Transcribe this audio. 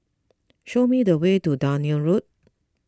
show me the way to Dunearn Road